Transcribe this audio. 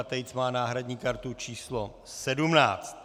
Tejc má náhradní kartu číslo 17.